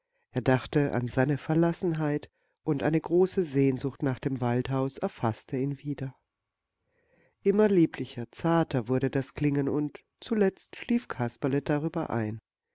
er dachte an seine verlassenheit und eine große sehnsucht nach dem waldhaus erfaßte ihn wieder immer lieblicher zarter wurde das klingen und zuletzt schlief kasperle darüber ein